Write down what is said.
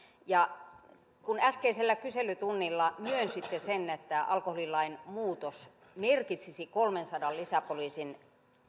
kun äskeisellä kyselytunnilla myönsitte sen että alkoholilain muutos merkitsisi kolmensadan lisäpoliisin